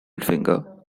finger